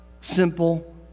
simple